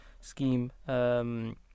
scheme